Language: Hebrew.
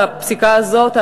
הפסיקה הזאת,